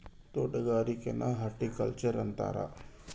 ತೊಟಗಾರಿಕೆನ horticulture ಅಂತಾರ